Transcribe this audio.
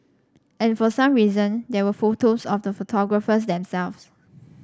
and for some reason there were photos of the photographers themselves